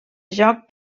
joc